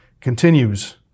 Continues